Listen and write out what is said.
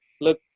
look